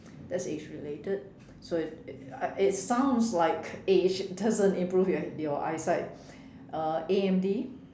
that's age related so it it it sounds like age doesn't improve your your eyesight uh A_M_D